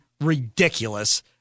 ridiculous